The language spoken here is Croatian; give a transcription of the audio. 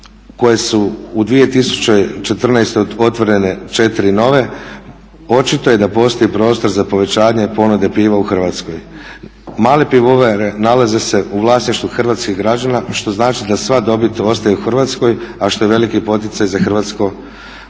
koje su u 2014. otvorene 4 nove očito je da postoji prostor za povećanje ponude piva u Hrvatskoj. Male pivovare nalaze se u vlasništvu hrvatskih građana što znači da sva dobit ostaje u Hrvatskoj a što je veliki poticaj za hrvatsko gospodarstvo.